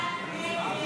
47 בעד, 55 נגד.